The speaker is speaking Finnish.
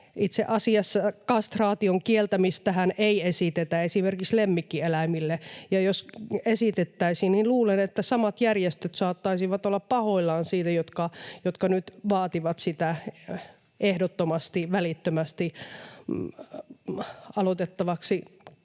Itse asiassa kastraation kieltämistähän ei esitetä esimerkiksi lemmikkieläimille, ja jos esitettäisiin, niin luulen, että samat järjestöt, jotka nyt vaativat sitä ehdottomasti, välittömästi aloitettavaksi